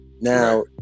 now